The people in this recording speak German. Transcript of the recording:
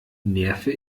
nerve